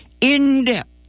in-depth